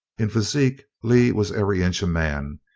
in physique lee was every inch a man.